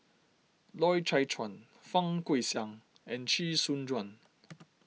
Loy Chye Chuan Fang Guixiang and Chee Soon Juan